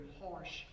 harsh